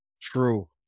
True